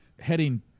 heading